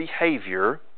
behavior